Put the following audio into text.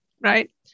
right